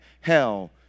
hell